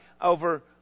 over